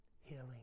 healing